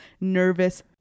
nervous